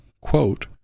quote